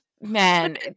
man